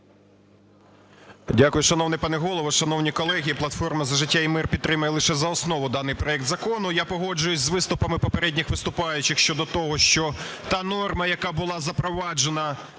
Дякую, шановний пане Голово. Шановні колеги, платформа "За життя і мир" підтримає лише за основу даний проект закону. Я погоджуюсь з виступами попередніх виступаючих щодо того, що та норма, яка була запроваджена